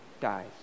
dies